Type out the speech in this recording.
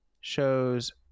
shows